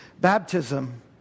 Baptism